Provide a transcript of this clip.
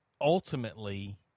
ultimately